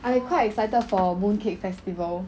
I quite excited for mooncake festival